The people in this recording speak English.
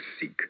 seek